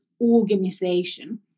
organization